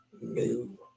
new